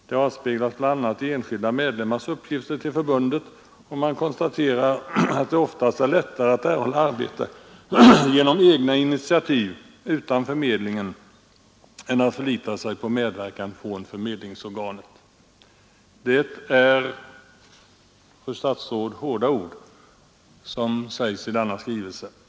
Det avspeglas bl.a. i enskilda medlemmars uppgifter till förbundet, och man konstaterar att det oftast är lättare för de handikappade att erhålla arbete genom egna initiativ än genom att förlita sig till medverkan från förmedlingsorgan. Det är, fru statsråd, hårda ord som står att läsa i denna skrivelse.